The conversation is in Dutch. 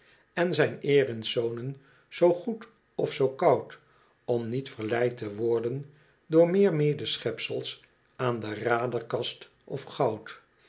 en zijn erin's zonen zoo goed of zoo koud om niet verleid te worden door meer medeschepsels aan de raderkast of goud